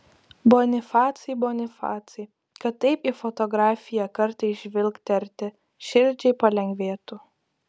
bonifacai bonifacai kad taip į fotografiją kartais žvilgterti širdžiai palengvėtų